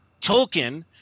Tolkien